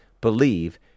believe